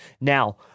Now